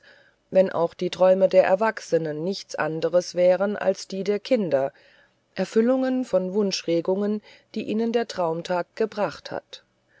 wenn auch die träume der erwachsenen nichts anderes wären als die der kinder erfüllungen von wunschregungen die ihnen der traumtag gebracht hat